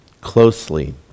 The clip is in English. closely